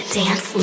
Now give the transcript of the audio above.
dance